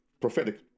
prophetic